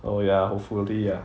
oh ya hopefully ah